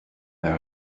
there